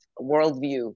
worldview